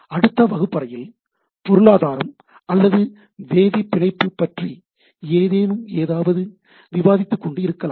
அடுத்த வகுப்பறையில் பொருளாதாரம் அல்லது வேதிப்பிணைப்பு பற்றி ஏதாவது விவாதித்துக் கொண்டு இருக்கலாம்